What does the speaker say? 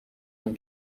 اون